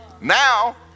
Now